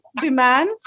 demand